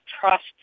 trust